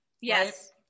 yes